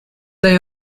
they